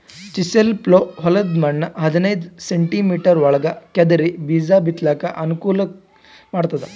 chisel plough ಹೊಲದ್ದ್ ಮಣ್ಣ್ ಹದನೈದ್ ಸೆಂಟಿಮೀಟರ್ ಒಳಗ್ ಕೆದರಿ ಬೀಜಾ ಬಿತ್ತಲಕ್ ಅನುಕೂಲ್ ಮಾಡ್ತದ್